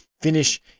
finish